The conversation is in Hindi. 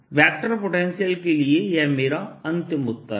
वेक्टर पोटेंशियल के लिए यह मेरा अंतिम उत्तर है